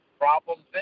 problems